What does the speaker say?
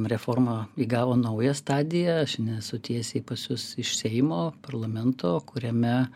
reforma įgavo naują stadiją aš nesu tiesiai pas jus iš seimo parlamento kuriame